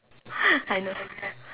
I know